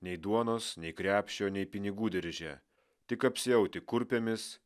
nei duonos nei krepšio nei pinigų dirže tik apsiauti kurpėmis